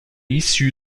issue